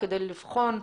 כדי לבחון,